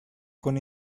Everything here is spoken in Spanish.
con